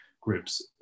groups